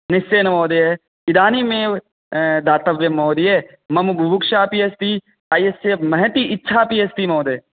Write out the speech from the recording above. निश्चयेन महोदय इदानीमेव दातव्यं महोदय मम बुभुक्षापि अस्ति चायस्य महती इच्छापि अस्ति महोदय